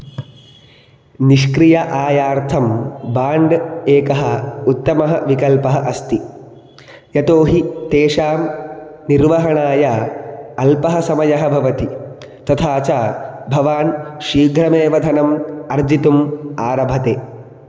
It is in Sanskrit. निष्क्रिय आयार्थं बाण्ड् एकः उत्तमः विकल्पः अस्ति यतोहि तेषां निर्वहणाय अल्पः समयः भवति तथा च भवान् शीघ्रमेव धनम् अर्जितुम् आरभते